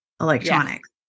electronics